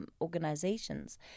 organizations